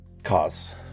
Cause